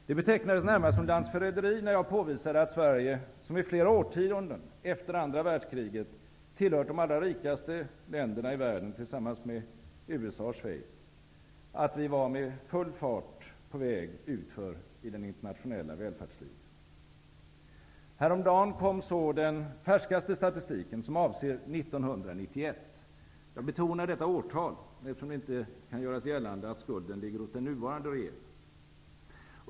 Det betecknades närmast som landsförräderi när jag påvisade att Sverige, som i flera årtionden efter andra världskriget tillhört de allra rikaste länderna i världen tillsammans med USA och Schweiz, med full fart var på väg utför i den internationella välfärdsligan. Häromdagen kom så den färskaste statistiken, som avser 1991. Jag betonar detta årtal, eftersom det inte kan göras gällande att skulden ligger hos den nuvarande regeringen.